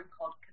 called